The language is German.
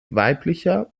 weiblicher